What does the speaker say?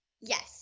Yes